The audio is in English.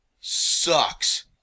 sucks